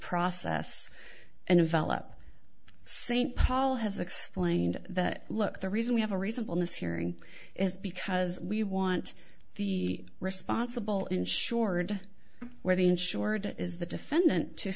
process and yvel up st paul has explained that look the reason we have a reasonable mishearing is because we want the responsible insured where the insured is the defendant to